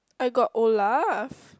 I got Olaf